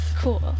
Cool